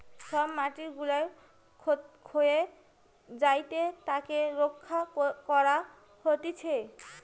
সব মাটি গুলা ক্ষয়ে যায়েটে তাকে রক্ষা করা হতিছে